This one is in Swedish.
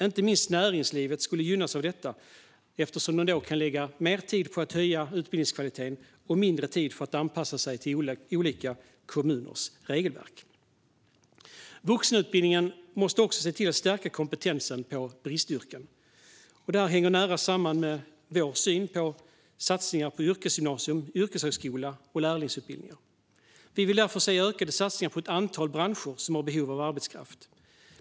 Inte minst näringslivet skulle gynnas av detta, eftersom man då skulle kunna lägga mer tid på att höja utbildningskvaliteten och mindre tid på att anpassa sig till olika kommuners regelverk. Vuxenutbildningen måste också se till att stärka kompetensen när det gäller bristyrken. Detta hänger nära samman med vår syn på satsningar på yrkesgymnasium, yrkeshögskola och lärlingsutbildningar. Vi vill därför se ökade satsningar på ett antal branscher som har behov av arbetskraft.